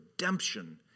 redemption